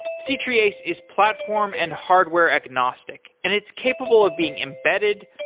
c-treeace is platform and hardware-agnostic and it's capable of being embedded,